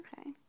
Okay